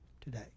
today